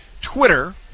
Twitter